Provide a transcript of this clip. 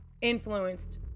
influenced